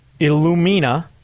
Illumina